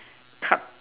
cut